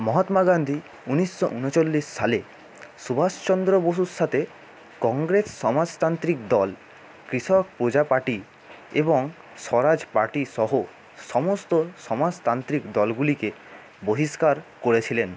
মহাত্মা গান্ধী উনিশশো উনচল্লিশ সালে সুভাষচন্দ্র বসুর সাথে কংগ্রেস সমাজতান্ত্রিক দল কৃষক প্রজা পার্টি এবং স্বরাজ পার্টি সহ সমস্ত সমাজতান্ত্রিক দলগুলিকে বহিষ্কার করেছিলেন